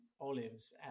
olives